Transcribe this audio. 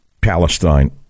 Palestine